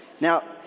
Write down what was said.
Now